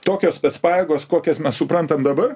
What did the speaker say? tokios pajėgos kokias mes suprantam dabar